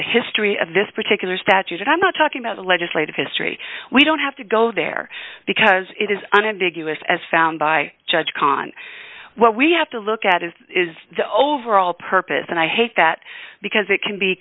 the history of this particular statute and i'm not talking about the legislative history we don't have to go there because it is unambiguous as found by judge kohn what we have to look at is is the overall purpose and i hate that because it can be